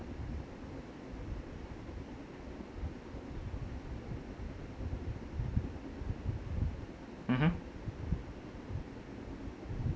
mmhmm